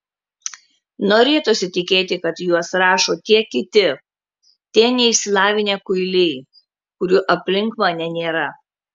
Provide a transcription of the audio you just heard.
norėtųsi tikėti kad juos rašo tie kiti tie neišsilavinę kuiliai kurių aplink mane nėra